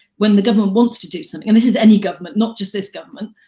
when the government wants to do something, and this is any government, not just this government,